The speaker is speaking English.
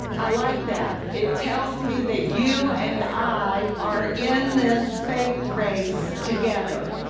i like that. it tells me that you and i are in this faith race together.